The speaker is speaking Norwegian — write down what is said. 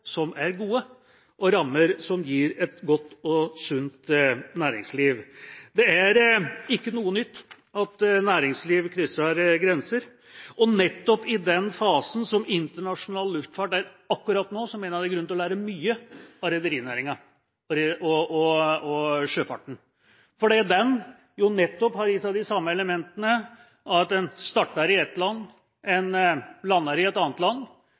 som er gode, og rammer som gir et godt og sunt næringsliv. Det er ikke noe nytt at næringslivet krysser grenser. Nettopp i den fasen som internasjonal luftfart er akkurat nå, mener jeg det er grunn til å lære mye av rederinæringen og sjøfarten, fordi den jo nettopp har i seg de samme elementene av at en starter i ett land, en lander i et annet land